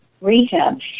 rehab